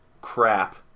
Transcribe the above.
crap